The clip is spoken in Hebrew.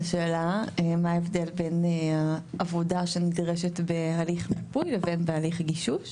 לשאלה מה ההבדל בין העבודה שנדרשת בהליך מיפוי לבין בהליך גישוש.